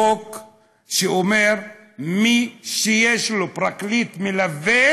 חוק שאומר: מי שיש לו פרקליט מלווה,